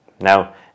Now